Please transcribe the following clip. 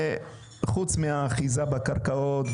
חוץ מאחיזה בקרקעות,